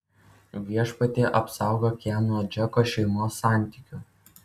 viešpatie apsaugok ją nuo džeko šeimos santykių